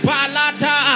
Palata